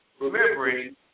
remembering